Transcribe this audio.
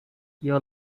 your